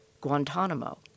Guantanamo